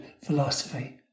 philosophy